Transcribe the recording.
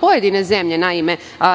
Pojedine zemlje